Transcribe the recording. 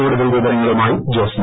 കൂടുതൽ വിവരങ്ങളുമായി ജോസ്ന